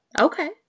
Okay